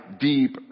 deep